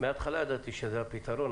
מהתחלה ידעתי שזה הפתרון,